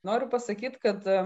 noriu pasakyt kad